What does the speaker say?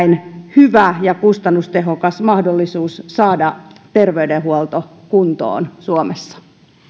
hyvä ja kustannustehokas mahdollisuus saada terveydenhuolto kuntoon suomessa